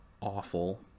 awful